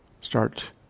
start